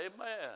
Amen